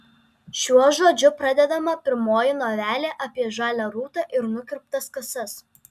šiuo žodžiu pradedama pirmoji novelė apie žalią rūtą ir nukirptas kasas